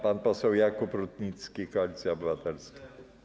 Pan poseł Jakub Rutnicki, Koalicja Obywatelska.